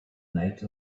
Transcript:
night